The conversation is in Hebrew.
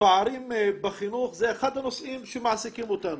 הפערים בחינוך זה אחד הנושאים שמעסיקים אותנו,